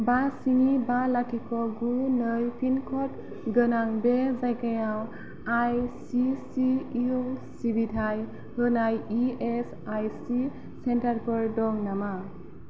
बा स्नि बा लाथिख' गु नै पिनक'ड गोनां बे जायगायाव आइ सि सि इउ सिबिथाय होनाय E S I C centre for दं नामा